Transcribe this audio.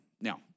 Now